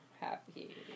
happy